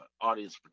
audience